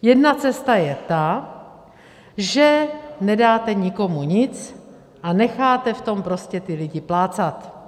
Jedna cesta je ta, že nedáte nikomu nic a necháte v tom prostě ty lidi plácat.